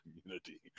community